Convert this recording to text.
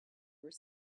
were